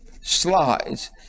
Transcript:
slides